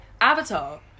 Avatar